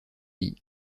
pays